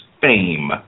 fame